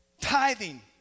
Tithing